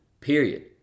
period